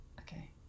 Okay